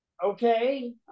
Okay